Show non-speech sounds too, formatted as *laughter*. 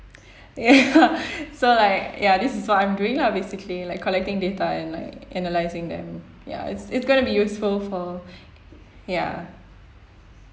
ya *laughs* so like ya this is what I'm doing lah basically like collecting data and like analysing them ya it's it's gonna be useful for ya